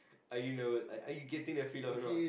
are you nervous are are you getting the feel or not